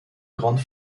grands